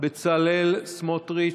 בצלאל סמוטריץ'